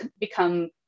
become